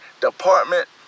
department